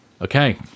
okay